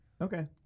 Okay